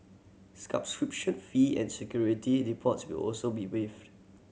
fee and security will also be waived